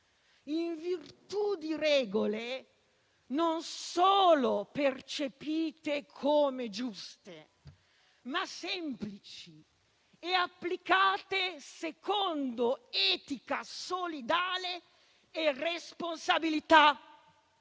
in virtù di regole non solo percepite come giuste, ma semplici e applicate secondo etica solidale e responsabilità,